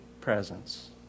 presence